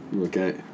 Okay